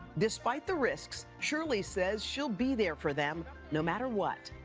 despite the risks, shirley says she'll be there for them, no matter what.